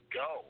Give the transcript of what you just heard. go